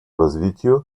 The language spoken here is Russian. развитию